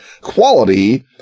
quality